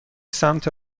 سمت